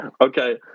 okay